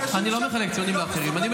אנשים שם לא מסוגלים לחיות,